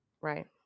Right